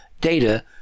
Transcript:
data